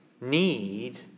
need